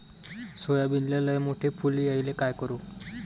सोयाबीनले लयमोठे फुल यायले काय करू?